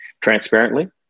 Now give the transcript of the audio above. transparently